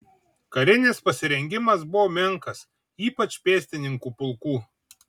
karinis pasirengimas buvo menkas ypač pėstininkų pulkų